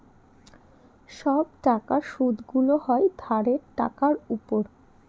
সব টাকার সুদগুলো হয় ধারের টাকার উপর